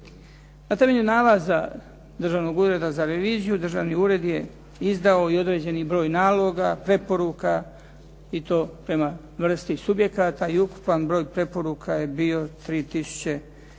Na temelju nalaza Državnog ureda za reviziju, državni ured je izdao i određeni broj naloga, preporuka i to prema vrsti subjekata i ukupan broj preporuka je bio 3020,